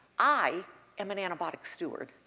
i am an antibiotic steward.